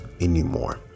anymore